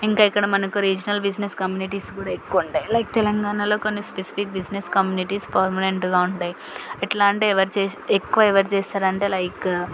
ఇంక ఇక్కడ మనకు రీజనల్ బిజినెస్ కమ్యూనిటీస్ కూడా ఎక్కువ ఉంటాయి లైక్ తెలంగాణలో కొన్ని స్పెసిఫిక్ బిజినెస్ కమ్యూనిటీస్ పర్మనెంట్గా ఉంటాయి ఎట్లా అంటే ఎవరు చేస్ ఎక్కువ ఎవరు చేస్తారు అంటే లైక్